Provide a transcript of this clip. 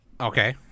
Okay